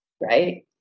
Right